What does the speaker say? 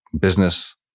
business